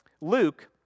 Luke